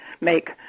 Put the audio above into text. make